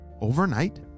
overnight